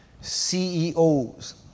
CEOs